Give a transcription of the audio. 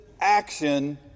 action